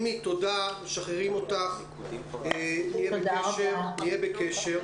אנחנו משחררים אותך ונהיה בקשר.